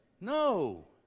No